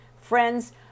Friends